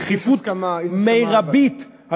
בדחיפות המרבית,